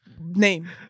name